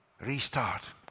restart